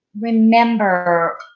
remember